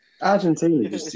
Argentina